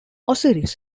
osiris